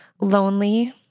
lonely